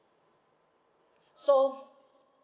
so